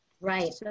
Right